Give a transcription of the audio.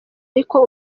ariko